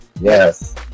yes